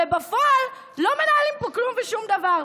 ובפועל לא מנהלים פה כלום ושום דבר.